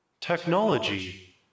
Technology